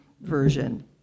Version